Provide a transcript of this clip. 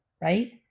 right